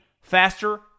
faster